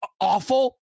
awful